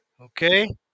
Okay